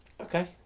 Okay